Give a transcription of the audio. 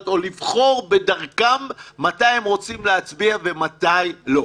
או לבחור בדרכם מתי הם רוצים להצביע ומתי לא.